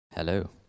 Hello